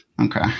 Okay